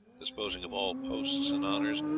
disposing of all posts and honours,